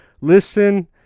listen